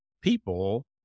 people